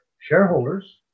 shareholders